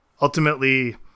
ultimately